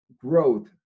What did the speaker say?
growth